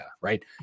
right